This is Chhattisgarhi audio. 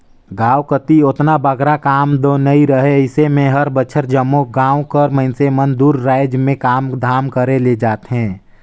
गाँव कती ओतना बगरा काम दो रहें नई अइसे में हर बछर जम्मो गाँव कर मइनसे मन दूसर राएज में काम धाम करे ले जाथें